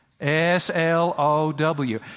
S-L-O-W